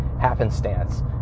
happenstance